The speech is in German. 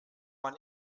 man